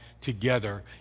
together